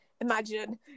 imagine